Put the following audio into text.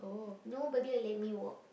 nobody will let me walk